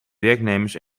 werknemers